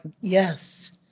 Yes